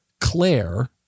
Claire